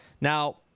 Now